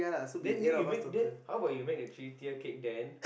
then then you make then how about you make the three tier cake then